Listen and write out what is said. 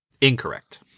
incorrect